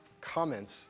comments